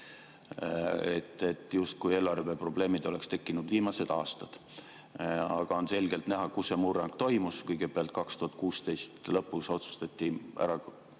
justkui eelarveprobleemid oleksid tekkinud viimastel aastatel. Aga on selgelt näha, kus see murrang toimus. Kõigepealt 2016 lõpus otsustati ära muuta